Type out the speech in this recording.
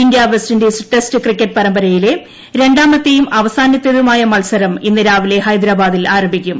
India West Indies test cricket പരമ്പരയിലെ രണ്ടാമത്തേതും അവസാനത്തേതുമായ മത്സരം ഇന്ന് രാവിലെ ഹൈദരാബാദിൽ ആരംഭിക്കും